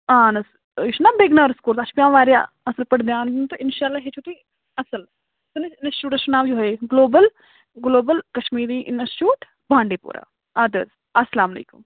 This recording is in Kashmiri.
آہن حظ یہِ چھُنَہ بگنٲرس کورُس اتھ چھِ پٮ۪وان وارِیاہ اصٕل پٲٹھۍ دھیان دیُن تہٕ اِنشاللہ ہیٚچھو تُہۍ اصٕل اِنسچوٗٹس چھُ ناو یِہوے گُلوبل گُلوبل کشمیری اِنسچوٗٹ بانڈے پوٗرا ادٕ حظ اسلام علیکُم